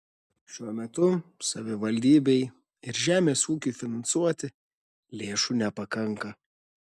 šiuo metu savivaldybei ir žemės ūkiui finansuoti lėšų nepakanka